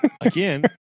Again